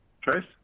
Trace